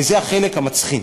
וזה החלק המצחין,